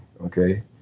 okay